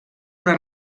una